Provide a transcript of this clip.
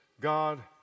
God